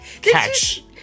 catch